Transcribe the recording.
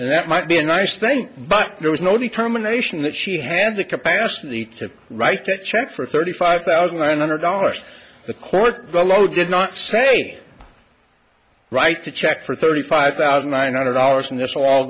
and that might be a nice think but there was no determination that she hand the capacity to write a check for thirty five thousand one hundred dollars the court below did not say write a check for thirty five thousand nine hundred dollars and this will all